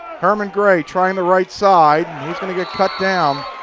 herman gray trying the right side and he's going to get cut down.